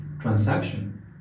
transaction